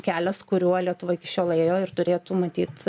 kelias kuriuo lietuva iki šiol ėjo ir turėtų matyt